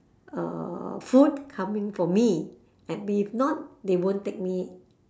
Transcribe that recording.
uh food coming for me and if not they won't take me